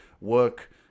work